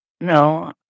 No